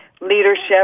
leadership